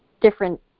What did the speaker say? different